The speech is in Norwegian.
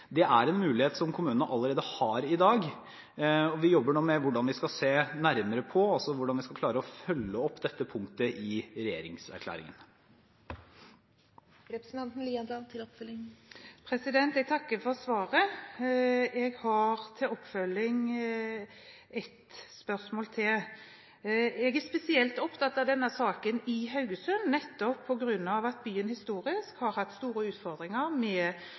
Det er en mulighet som kommunene har allerede i dag, og vi jobber nå med hvordan vi skal klare å følge opp dette punktet i regjeringserklæringen. Jeg takker for svaret. Jeg har et oppfølgingsspørsmål. Jeg er spesielt opptatt av denne saken i Haugesund på grunn av at byen historisk sett har hatt store utfordringer